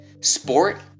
sport